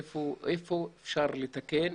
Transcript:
היכן אפשר לתקן,